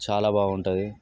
చాలా బాగుంటుంది